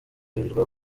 birirwa